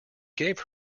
gave